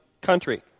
country